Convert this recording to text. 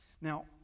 Now